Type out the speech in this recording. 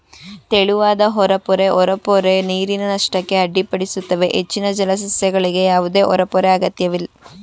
ತೆಳುವಾದ ಹೊರಪೊರೆ ಹೊರಪೊರೆ ನೀರಿನ ನಷ್ಟಕ್ಕೆ ಅಡ್ಡಿಪಡಿಸುತ್ತವೆ ಹೆಚ್ಚಿನ ಜಲಸಸ್ಯಗಳಿಗೆ ಯಾವುದೇ ಹೊರಪೊರೆ ಅಗತ್ಯವಿಲ್ಲ